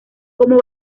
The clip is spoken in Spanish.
como